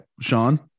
Sean